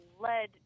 led